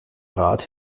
rad